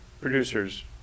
Producers